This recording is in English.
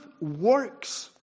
works